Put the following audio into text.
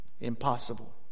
impossible